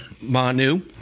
Manu